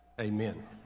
Amen